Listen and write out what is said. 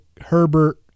Herbert